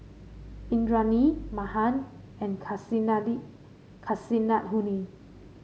Indranee Mahan and Kasinadhuni